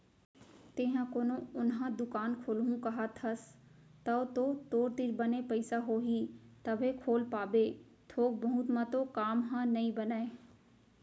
तेंहा कोनो ओन्हा दुकान खोलहूँ कहत हस तव तो तोर तीर बने पइसा होही तभे खोल पाबे थोक बहुत म तो काम ह नइ बनय